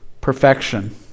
perfection